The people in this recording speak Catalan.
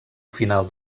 final